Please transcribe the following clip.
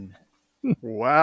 Wow